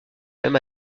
même